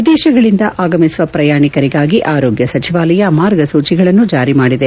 ವಿದೇಶಗಳಿಂದ ಆಗಮಿಸುವ ಪ್ರಯಾಣಿಕರಿಗಾಗಿ ಆರೋಗ್ಯ ಸಚವಾಲಯ ಮಾರ್ಗಸೂಚಗಳನ್ನು ಜಾರಿಮಾಡಿದೆ